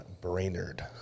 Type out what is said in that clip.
Brainerd